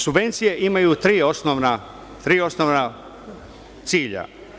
Subvencije imaju tri osnovna cilja.